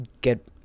Get